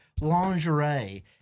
lingerie